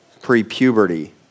pre-puberty